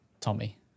Tommy